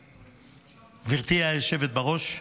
גברתי היושבת בראש,